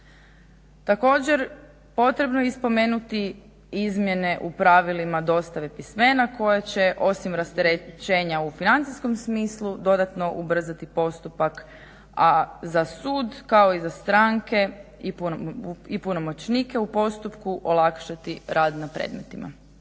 Također potrebno je spomenuti izmjene u pravilima dostaviti … koja će osim rasterećenja u financijskom smislu dodatno ubrzati postupak a za sud kao i za stranke i punomoćnike u postupku olakšati rad na predmetima.